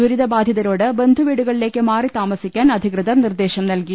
ദുരിതബാധിതരോട് ബന്ധുവീടുകളിലേക്ക് മാറി താമസിക്കാൻ അധികൃതർ നിർദേശം നൽകി